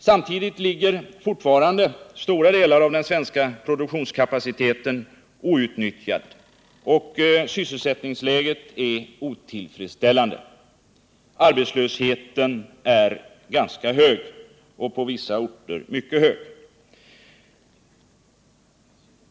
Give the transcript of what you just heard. Samtidigt ligger fortfarande stora delar av den svenska produktionskapaciteten outnyttjade, och sysselsättningen är otillfredsställande. Arbetslösheten är ganska hög, på vissa orter mycket hög.